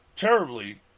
terribly